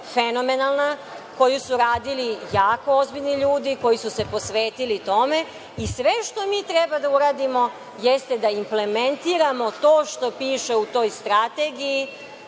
fenomenalna, koju su radili jako ozbiljni ljudi, koji su se posvetili tome, i sve što mi treba da uradimo jeste da implementiramo to što piše u toj strategiji